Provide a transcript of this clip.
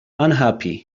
unhappy